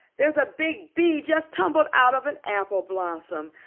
here's a big bee just tumbled out of an apple blossom.